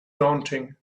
daunting